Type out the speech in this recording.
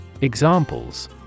Examples